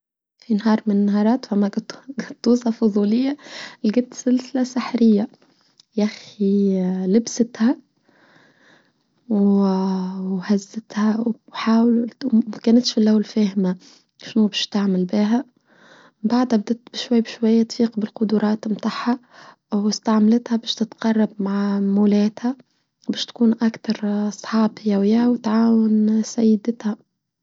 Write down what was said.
في نهار من النهارات وما قد توصفوا فوظاليه لقد سلسلة سحرية يا أخي لبستها وهزتها وحاولت وما كانتش لول فاهمة شنو باش تعمل باها بعدها بدأت بشوي بشوي تفيق بالقدرات متاحة واستعملتها باش تتقرب مع مولاتها باش تكون أكتر صحاب هي وياه وتعاون سيدتها.